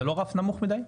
זה לא רף נמוך מידי?